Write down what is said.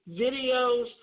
videos